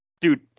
dude